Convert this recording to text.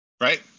Right